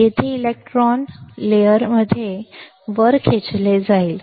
येथे इलेक्ट्रॉन थर मध्ये हे वर खेचले जाईल